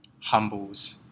humbles